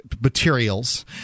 materials